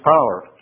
power